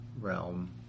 realm